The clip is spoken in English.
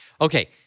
Okay